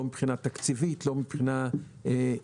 לא מבחינה תקציבית ולא מבחינה ארגונית.